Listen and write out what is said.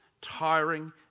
tiring